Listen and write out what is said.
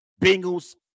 Bengals